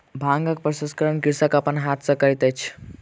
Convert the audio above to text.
भांगक प्रसंस्करण कृषक अपन हाथ सॅ करैत अछि